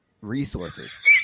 resources